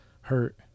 hurt